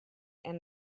and